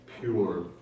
pure